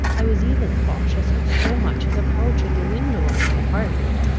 i was even cautious of so much as approaching the window of my apartment,